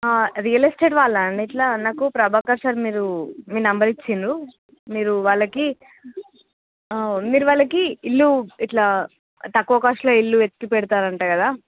ఆ real estate వాళ్ళా అండి ఇట్లా నాకు ప్రభాకర్ సార్ మీరు మీ నెంబర్ ఇచ్చిండ్రు మీరు వాళ్ళకి మీరు వాళ్ళకి ఇల్లు ఇట్లా తక్కువ కాస్ట్లో ఇల్లువెతికి పెడ్తారంట కదా